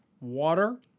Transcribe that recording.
water